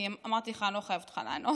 אני אמרתי לך, אני לא מחייבת אותך לענות.